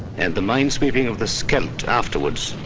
and the mine sweeping of the so schedlt afterwards,